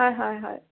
হয় হয় হয়